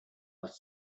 with